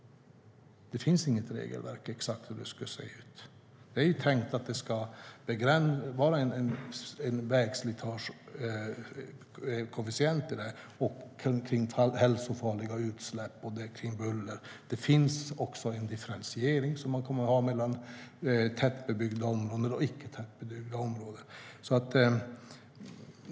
Det finns inget regelverk för hur det exakt ska se ut. Det är tänkt att det ska vara en vägslitagekoefficient om hälsofarliga utsläpp och buller. Det finns också en differentiering som man kommer att ha mellan tätbebyggda områden och icke tätbebyggda områden.